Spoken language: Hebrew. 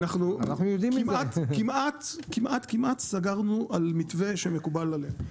אנחנו כמעט כמעט כמעט סגרנו על מתווה שמקובל עליהם.